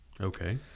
Okay